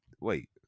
wait